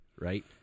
right